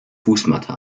fußmatte